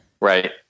Right